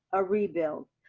a rebuild,